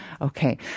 Okay